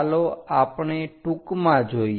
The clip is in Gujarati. ચાલો આપણે ટૂંકમાં જોઈએ